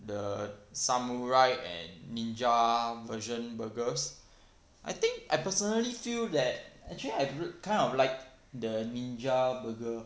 the samurai and ninja version burgers I think I personally feel that actually I kind of like the ninja burger